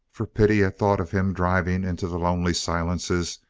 for pity at thought of him driving into the lonely silences,